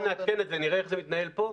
נעדכן את זה, נראה איך זה מתנהל פה.